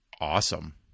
awesome